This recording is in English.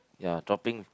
ya dropping